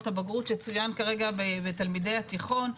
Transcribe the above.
הבגרות שצוין כרגע בתלמידי התיכון.